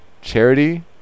charity